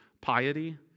piety